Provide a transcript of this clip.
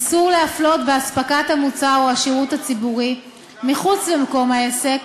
איסור להפלות באספקת מוצר או שירות ציבורי מחוץ למקום העסק,